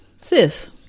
sis